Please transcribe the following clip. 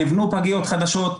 ניבנו פגיות חדשות,